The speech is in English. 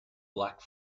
black